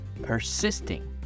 persisting